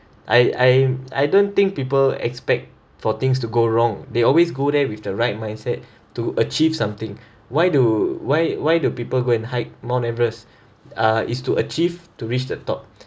I I I don't think people expect for things to go wrong they always go there with the right mindset to achieve something why do why why do people go and hike mount everest uh is to achieve to reach the top